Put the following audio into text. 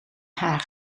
haar